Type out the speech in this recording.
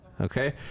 okay